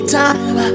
time